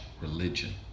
religion